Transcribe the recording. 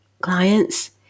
clients